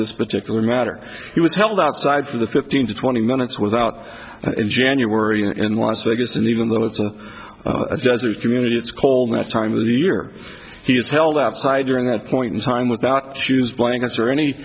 this particular matter he was held outside for the fifteen to twenty minutes without in january and was vegas and even though it's a judge or community it's cold that time of the year he is held outside during that point in time without shoes blankets or any